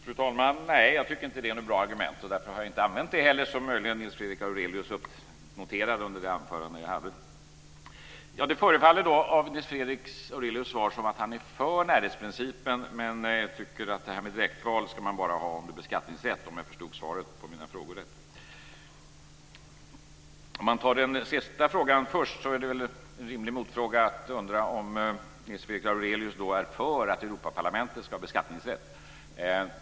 Fru talman! Nej, jag tycker inte att det är något bra argument, och därför har jag inte heller använt det, vilket Nils Fredrik Aurelius möjligen noterade under det anförande som jag höll. Om jag förstod svaret på mina frågor rätt förefaller det som om Nils Fredrik Aurelius är för närhetsprincipen men tycker att man ska ha direktval bara om det också innebär beskattningsrätt. Om jag tar den sista frågan först är väl en rimlig motfråga om Nils Fredrik Aurelius är för att Europaparlamentet ska ha beskattningsrätt.